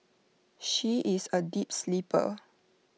she is A deep sleeper